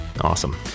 awesome